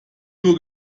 nur